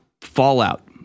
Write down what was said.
fallout